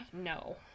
No